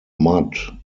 mud